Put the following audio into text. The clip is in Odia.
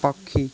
ପକ୍ଷୀ